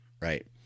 Right